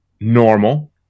normal